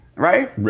Right